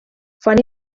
fan